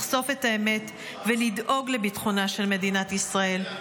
לחשוף את האמת ולדאוג לביטחונה של מדינת ישראל.